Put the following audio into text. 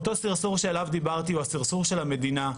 אותו סרסור שאליו דיברתי הוא הסרסור של המדינה.